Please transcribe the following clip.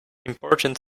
important